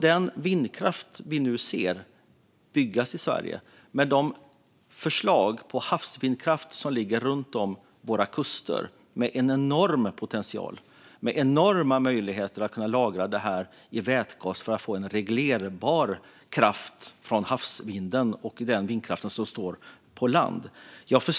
Den vindkraft som vi nu ser byggas i Sverige och den föreslagna havsvindkraften runt våra kuster har enorm potential och enorma möjligheter att lagra energin i vätgas för att få en reglerbar kraft från havsvinden och den vindkraft som står på land.